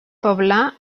poblar